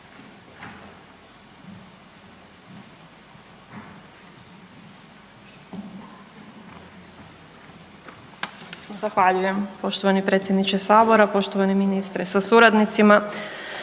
Zahvaljujem. Poštovani predsjedniče Sabora, poštovani ministre sa suradnicima.